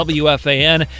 wfan